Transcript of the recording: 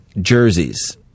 jerseys